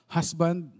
Husband